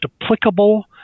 applicable